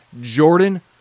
Jordan